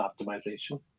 optimization